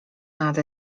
nad